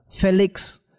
Felix